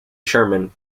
sherman